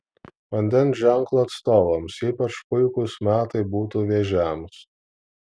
vandens ženklo atstovams ypač puikūs metai būtų vėžiams